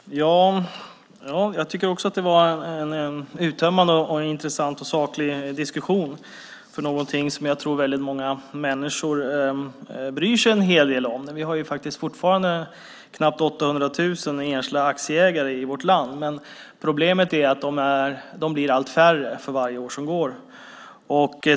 Herr talman! Jag tycker också att det är en uttömmande, intressant och saklig diskussion om någonting som jag tror att väldigt många människor bryr sig en hel del om. Vi har faktiskt fortfarande knappt 800 000 enskilda aktieägare i vårt land, men problemet är att de blir allt färre för varje år som går.